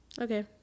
Okay